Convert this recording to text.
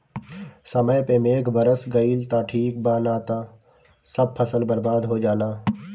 समय पे मेघ बरस गईल त ठीक बा ना त सब फसल बर्बाद हो जाला